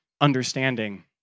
understanding